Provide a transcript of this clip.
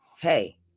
Hey